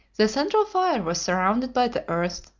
the central fire was surrounded by the earth,